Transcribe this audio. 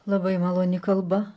labai maloni kalba